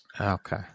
Okay